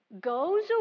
goes